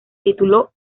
tituló